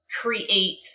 create